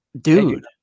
Dude